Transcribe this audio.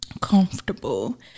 comfortable